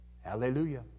Hallelujah